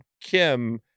Kim